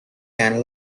can